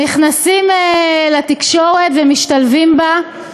נכנסים לתקשורת ומשתלבים בה.